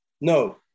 No